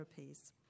therapies